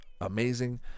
amazing